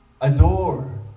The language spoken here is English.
Adore